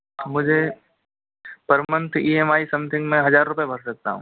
मुझे per month E M I something मैं हजार रूपए भर सकता हूँ